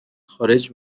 خارج